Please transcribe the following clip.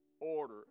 order